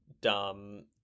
dumb